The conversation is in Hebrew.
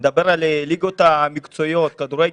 נדבר על הליגות המקצועיות כדורגל,